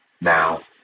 now